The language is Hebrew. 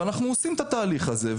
ואנחנו עושים את התהליך הזה.